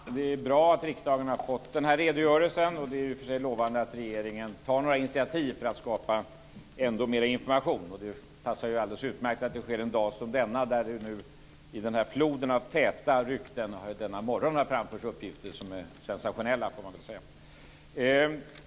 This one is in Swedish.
Herr talman! Det är bra att riksdagen har fått den här redogörelsen, och det är i och för sig lovande att regeringen tar några initiativ för att skapa ännu mera information. Det passar alldeles utmärkt att det sker en dag som denna - det har denna morgon i floden av täta rykten framförts uppgifter som får sägas vara sensationella.